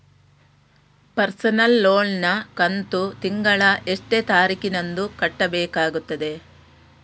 Personal loan ನ ಕಂತು ತಿಂಗಳ ಎಷ್ಟೇ ತಾರೀಕಿನಂದು ಕಟ್ಟಬೇಕಾಗುತ್ತದೆ?